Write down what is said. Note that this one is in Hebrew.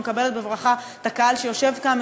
ונקבל בברכה את הקהל שיושב כאן,